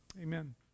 Amen